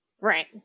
Right